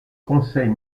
conseils